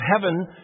heaven